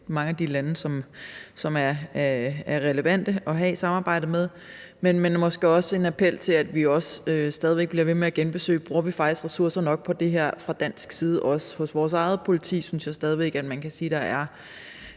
jo mange af de lande, som er relevante at have et samarbejde med. Men det er måske også en appel til, at vi stadig bliver ved med at fastholde spørgsmålet om, hvorvidt vi faktisk bruger nok ressourcer på det her fra dansk side. Hos vores eget politi synes jeg stadig væk man kan sige der er